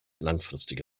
langfristige